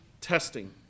testing